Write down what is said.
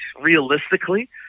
realistically